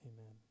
Amen